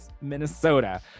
Minnesota